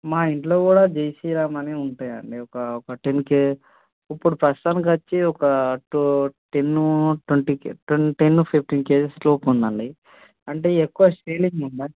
మా ఇంట్లో కూడా జై శ్రీరామ్ అనే ఉంటాయి అండి ఒక ఒక టెన్ కే ఇప్పుడు ప్రస్తుతానికి వచ్చి ఒక two ten twenty K ten ten fifteen kgs లోపు ఉందండి అంటే ఎక్కువ సెల్లింగ్ ఉందా